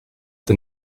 the